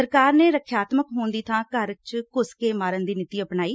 ਸਰਕਾਰ ਨੇ ਰੱਖਿਆਤਮਕ ਹੋਣ ਦੀ ਬਾਂ ਘਰ ਵਿਚ ਘੁੱਸ ਕੇ ਮਾਰਨ ਦੀ ਨੀਤੀ ਅਪਣਾਈ